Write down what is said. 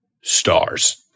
stars